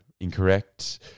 Incorrect